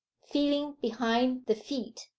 feeling behind the feet,